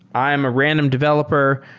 i am a random developer.